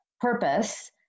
purpose